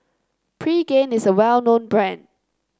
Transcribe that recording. Pregain is a well known brand